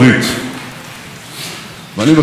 כי היו לנו הרבה ויכוחים בעניין הזה: